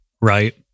right